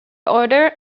order